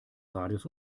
radius